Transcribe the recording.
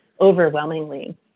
overwhelmingly